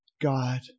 God